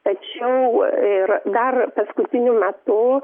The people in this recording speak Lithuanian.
tačiau ir dar paskutiniu metu